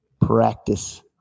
Practice